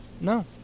no